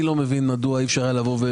אני לא מבין מדוע אי אפשר היה להסביר,